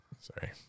Sorry